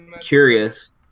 curious